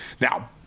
Now